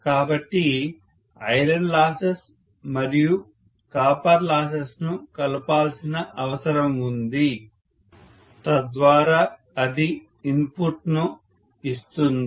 కాబట్టి iron losses మరియు copper losses ను కలపాల్సిన అవసరం ఉంది తద్వారా అది ఇన్పుట్ ను ఇస్తుంది